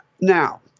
Now